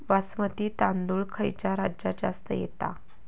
बासमती तांदूळ खयच्या राज्यात जास्त येता?